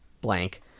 blank